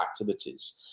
activities